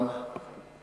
לעולם